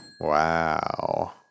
Wow